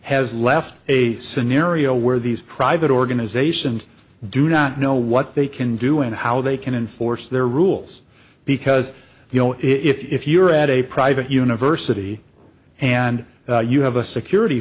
has left a scenario where these private organizations do not know what they can do and how they can enforce their rules because you know if you're at a private university and you have a security